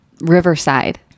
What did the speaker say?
riverside